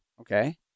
okay